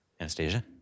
Anastasia